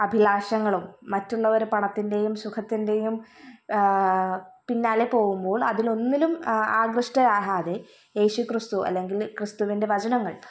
അഭിലാഷങ്ങളും മറ്റുള്ളവർ പണത്തിൻ്റെയും സുഖത്തിൻ്റെയും പിന്നാലെ പോകുമ്പോൾ അതിലൊന്നിലും ആകൃഷ്ടയാകാതെ യേശു ക്രിസ്തു അല്ലെങ്കിൽ ക്രിസ്തുവിൻ്റെ വചനങ്ങൾ